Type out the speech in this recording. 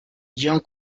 john